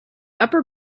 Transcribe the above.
upper